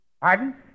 Pardon